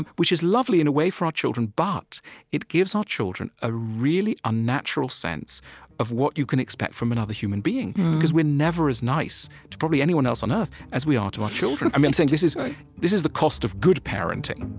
which is lovely, in a way, for our children. but it gives our children a really unnatural sense of what you can expect from another human being because we're never as nice to probably anyone else on earth as we are to our children. i'm saying this is this is the cost of good parenting